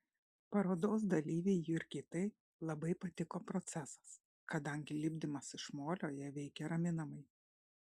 parodos dalyvei jurgitai labai patiko procesas kadangi lipdymas iš molio ją veikė raminamai